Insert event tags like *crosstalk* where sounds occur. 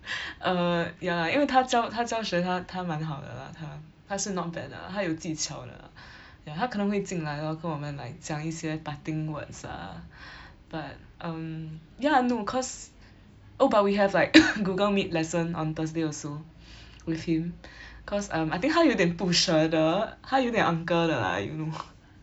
*breath* err ya 因为他教他教学他他蛮好的啦他他是 not bad 的啦他有技巧的啦 *breath* ya 他可能会进来 lor 跟我们 like 讲一些 parting words ah *breath* but um yeah no cause *breath* oh but we have like *coughs* Google meet lesson on thursday also *breath* with him *breath* cause err I think 他有点不舍得他有点 uncle 的啦 you know *laughs*